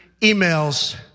emails